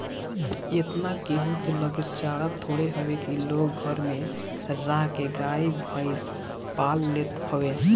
एतना केहू के लगे चारा थोड़े हवे की लोग घरे में राख के गाई भईस पाल लेत हवे